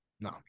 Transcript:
No